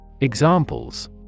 Examples